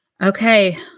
okay